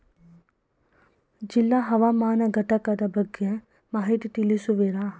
ಜಿಲ್ಲಾ ಹವಾಮಾನ ಘಟಕದ ಬಗ್ಗೆ ಮಾಹಿತಿ ತಿಳಿಸುವಿರಾ?